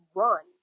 run